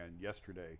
yesterday